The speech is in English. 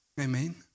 amen